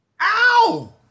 Ow